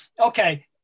okay